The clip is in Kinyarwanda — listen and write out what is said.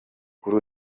kuri